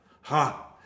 ha